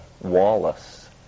Wallace